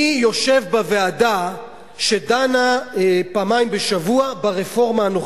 אני יושב בוועדה שדנה פעמיים בשבוע ברפורמה הנוכחית,